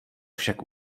však